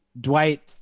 Dwight